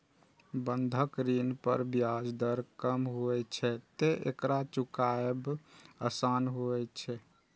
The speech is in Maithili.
बंधक ऋण पर ब्याज दर कम होइ छैं, तें एकरा चुकायब आसान होइ छै